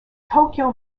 tokyo